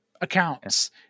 accounts